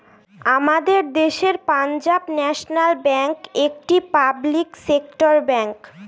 আমাদের দেশের Punjab national bank একটি পাবলিক সেক্টর ব্যাঙ্ক